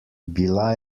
bila